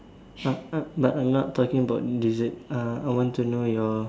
uh uh but I am not talking about dessert I want to know your